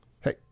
Hey